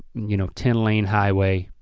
you know ten lane highway,